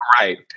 Right